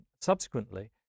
subsequently